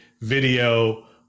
video